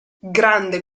grande